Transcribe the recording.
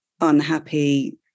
unhappy